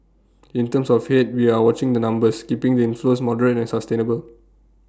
in terms of Head we are watching the numbers keeping the inflows moderate and sustainable